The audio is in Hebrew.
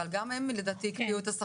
אבל גם חברי הכנסת הקפיאו את השכר.